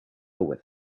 with